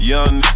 Young